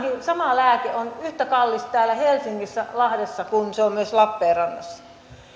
sama lääke on yhtä kallis täällä helsingissä ja lahdessa kuin se on myös lappeenrannassa